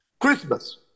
Christmas